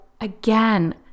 again